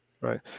Right